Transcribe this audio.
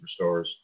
superstars